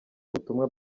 ubutumwa